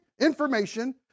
information